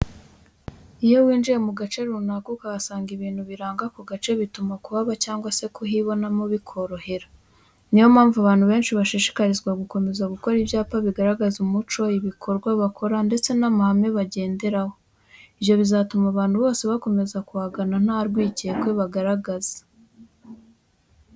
Iyo winjiye mu gace runaka, ukahasanga ibintu biranga ako gace bituma kuhaba cyangwa se kuhibonamo bikorohera. Ni yo mpamvu abantu benshi bashishikarizwa gukomeza gukora ibyapa bigaragaza umuco, ibikorwa bakora, ndetse n'amahame bagenderaho. Ibyo bizatuma abantu bose bakomeza kuhagana nta rwikekwe bagaragaza.